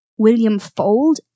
williamfold